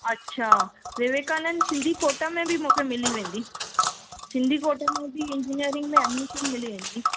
अच्छा विवेकानंद सिंधी कोटा में बि खे मिली वेंदी सिंधी कोटे में बि इंजीनियरिंग में एडमिशन मिली वेंदी